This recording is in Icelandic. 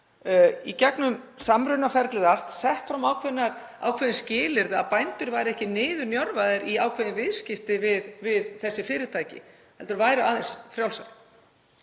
í gegnum samrunaferlið allt sett fram ákveðin skilyrði, að bændur væru ekki niðurnjörvaðir í ákveðin viðskipti við þessi fyrirtæki heldur væru aðeins frjálsari.